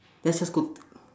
that sounds good